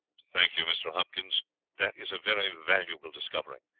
thank you, mr. hopkins that is a very valuable discovery.